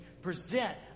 present